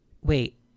wait